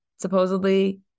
supposedly